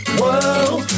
world